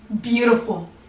beautiful